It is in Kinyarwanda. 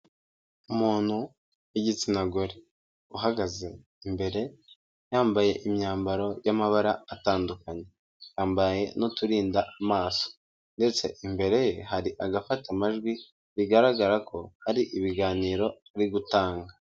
Umuntu w'igitsina gore, uhagaze imbere yambaye imyambaro y'amabara atandukanye, yambaye n'uturinda amaso ndetse imbere ye hari agafata amajwi bigaragara ko hari ibiganiro ari gutanga.